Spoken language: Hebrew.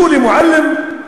שולי מועלם,